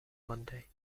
monday